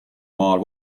maal